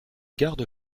garde